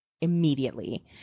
immediately